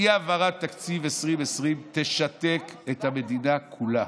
אי-העברת תקציב 2020 תשתק את המדינה כולה,